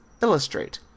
Illustrate